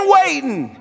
waiting